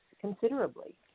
considerably